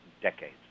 decades